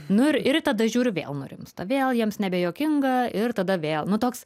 nu ir ir tada žiūriu vėl nurimsta vėl jiems nebejuokinga ir tada vėl nu toks